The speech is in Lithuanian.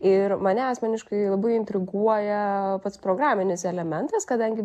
ir mane asmeniškai labai intriguoja pats programinis elementas kadangi